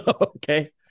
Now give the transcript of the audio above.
Okay